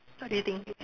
what do you think